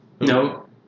No